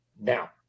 Now